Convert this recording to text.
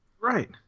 right